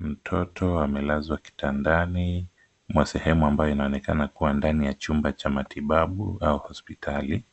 Mtoto amelazwa kitandani mwa sehemu ambayo inaonekana kuwa ndani ya chumba cha matibabu au hospitali .